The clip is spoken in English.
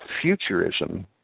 futurism